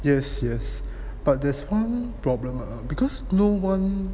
yes yes but there's one problem because no one